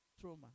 trauma